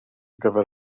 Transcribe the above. gyfer